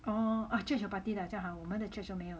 oh church 有 party 的啊这样好我们的没有